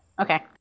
Okay